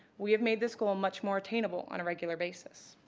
we have made this goal much more attainable on a regular basis.